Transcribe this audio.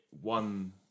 One